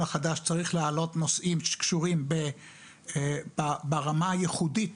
החדש צריך להעלות נושאים שקשורים ברמה הייחודית,